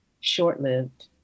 short-lived